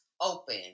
open